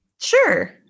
sure